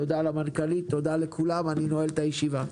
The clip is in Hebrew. תודה למנכ"לית, תודה לכולם, אני נועל את הישיבה.